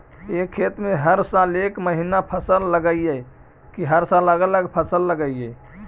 एक खेत में हर साल एक महिना फसल लगगियै कि हर साल अलग अलग फसल लगियै?